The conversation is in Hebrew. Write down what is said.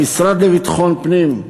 המשרד לביטחון פנים,